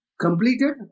completed